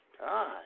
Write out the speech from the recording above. God